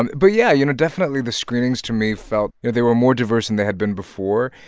and but yeah, you know, definitely the screenings to me felt they were more diverse than they had been before.